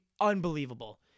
unbelievable